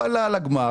הוא עלה לגמר